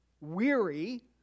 weary